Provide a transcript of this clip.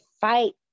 fight